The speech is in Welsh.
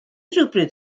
rhywbryd